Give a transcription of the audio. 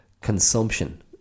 consumption